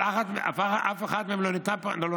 אבל אף אחת מהן לא נתנה פתרון,